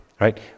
right